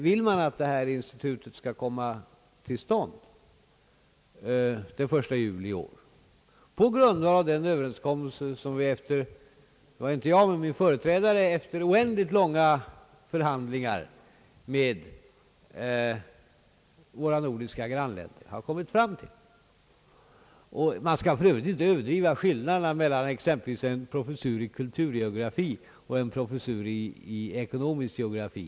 Vill man att institutet skall komma till stånd den 1 juli i år på grundval av den överenskommelse som min företrädare efter oändligt långa förhandlingar med våra nordiska grannländer har kommit fram till? Man bör för övrigt inte överdriva skillnaden mellan t.ex en professur i kulturgeografi och en professur i ekonomisk geografi.